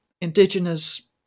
indigenous